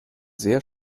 sehr